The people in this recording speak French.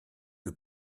que